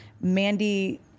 Mandy